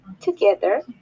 together